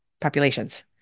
populations